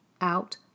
out